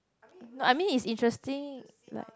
I mean is interesting like